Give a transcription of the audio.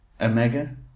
Omega